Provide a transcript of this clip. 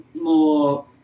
more